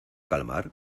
calmar